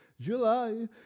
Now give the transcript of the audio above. July